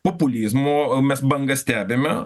populizmo mes bangą stebime